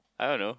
I don't know